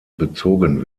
bezogen